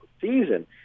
season